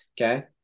okay